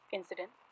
incident